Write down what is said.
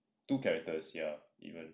two characters even